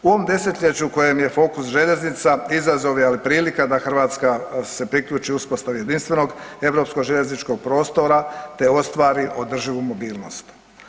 U ovom desetljeću kojem je fokus željeznica, izazov je, ali i prilika da Hrvatska se priključi uspostavi jedinstvenog europsko-željezničkog prostora te ostvari održivu mobilnost.